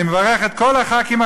אני מברך את כל חברי הכנסת,